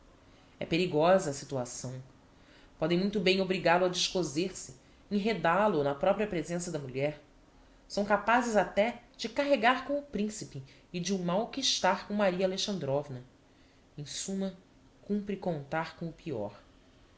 é perigosa a situação podem muito bem obrigál o a descoser se enredál o na propria presença da mulher são capazes até de carregar com o principe e de o malquistar com maria alexandrovna em summa cumpre contar com o peor